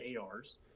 ARs